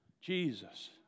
Jesus